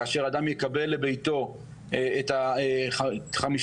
כאשר אדם יקבל לביתו את ה-50%,